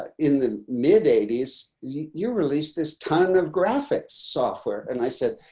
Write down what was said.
ah in the mid eighty s, you released this ton of graphics software, and i said,